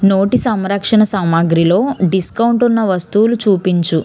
నోటి సంరక్షణ సామాగ్రిలో డిస్కౌంట్ ఉన్న వస్తువులు చూపించు